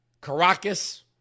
Caracas